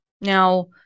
now